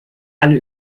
alle